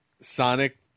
sonic